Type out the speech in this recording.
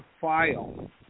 file